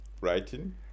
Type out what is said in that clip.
writing